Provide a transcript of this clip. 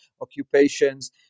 occupations